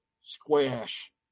squash